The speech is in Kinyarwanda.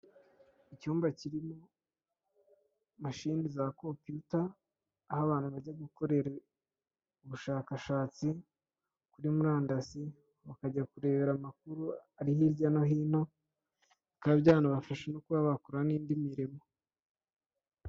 Abantu benshi iyo bagiye kubwira imbaga nyamwinshi bifashisha indangururamajwi. Uyu mumama wambaye umupira w'umukara n'ipantaro y'umukara n'inkweto z'umukara n'isakoshi y'umukara, ubanza akunda ibara ry'umukara niko yabikoze. Mubyukuri buri wese ahari arabasha kumva nta nkomyi nta n'imbogamizi.